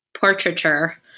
portraiture